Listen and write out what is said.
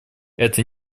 это